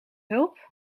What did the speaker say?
hulp